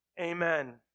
Amen